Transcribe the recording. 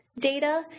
data